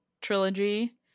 trilogy